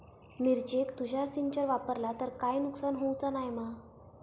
मिरचेक तुषार सिंचन वापरला तर काय नुकसान होऊचा नाय मा?